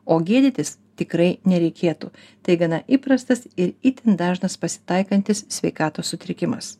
o gėdytis tikrai nereikėtų tai gana įprastas ir itin dažnas pasitaikantis sveikatos sutrikimas